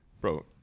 bro